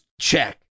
check